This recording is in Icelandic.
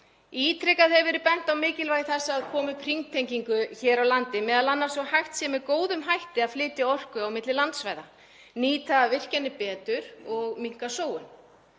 Ítrekað hefur verið bent á mikilvægi þess að koma upp hringtengingu hér á landi, m.a. svo hægt sé með góðum hætti að flytja orku á milli landsvæða, nýta virkjanir betur og minnka sóun.